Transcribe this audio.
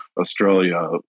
Australia